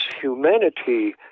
humanity